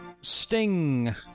sting